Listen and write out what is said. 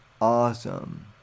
Awesome